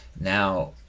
now